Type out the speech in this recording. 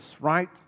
Right